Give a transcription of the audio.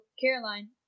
Caroline